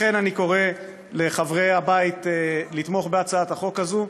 לכן אני קורא לחברי הבית לתמוך בהצעת החוק הזו,